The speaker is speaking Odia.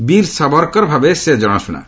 ବୀର ସବରକର ଭାବେ ସେ ଜଣାଶୁଣା